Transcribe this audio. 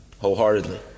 Wholeheartedly